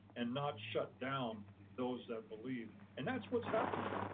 and not shut down those that believe. and that's what's happening.